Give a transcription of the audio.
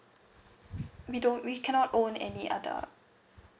we don't we cannot own any other